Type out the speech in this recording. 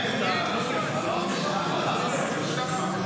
הייתה לו שורה של סכסוכים משפטיים קשים